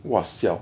!wah! siao